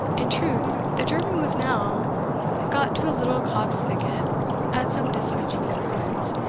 in truth, the german was now got to a little copse-thicket at some distance from the ruins,